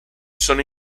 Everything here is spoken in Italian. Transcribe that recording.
sono